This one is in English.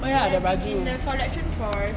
oh ya the baju